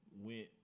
went